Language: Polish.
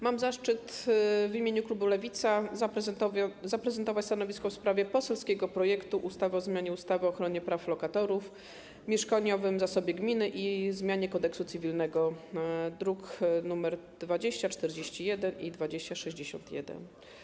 Mam zaszczyt w imieniu klubu Lewica przedstawić stanowisko w sprawie poselskiego projektu ustawy o zmianie ustawy o ochronie praw lokatorów, mieszkaniowym zasobie gminy i o zmianie Kodeksu cywilnego, druki nr 2041 i 2061.